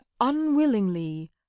unwillingly